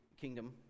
kingdom